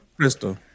Crystal